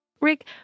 Rick